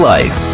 Life